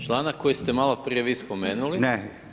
Članak koji ste maloprije vi spomenuli.